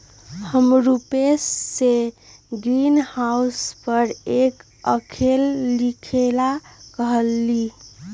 हम रूपेश से ग्रीनहाउस पर एक आलेख लिखेला कहली